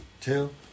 two